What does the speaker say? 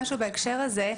בהקשר הזה.